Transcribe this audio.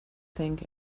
thing